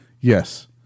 Yes